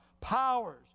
powers